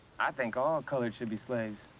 i think all coloreds should be slaves.